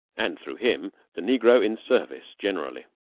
and through him the negro in service generally.